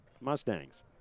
Mustangs